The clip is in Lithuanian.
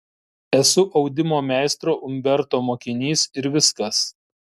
esu audimo meistro umberto mokinys ir viskas